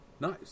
nice